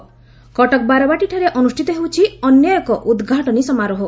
କଟକ ବାରବାଟୀରେ ଅନୁଷ୍ଠିତ ହେଉଛି ଅନ୍ୟ ଏକ ଉଦ୍ଘାଟନୀ ସମାରୋହ